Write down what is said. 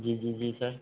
जी जी जी सर